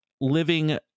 living